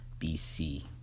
BC